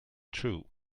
true